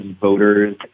voters